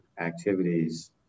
activities